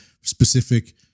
specific